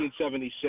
1976